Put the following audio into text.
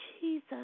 Jesus